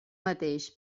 mateix